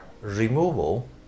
removal